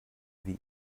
wie